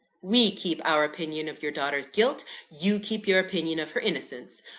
we keep our opinion of your daughter's guilt you keep your opinion of her innocence.